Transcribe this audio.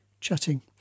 chatting